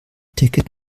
ticket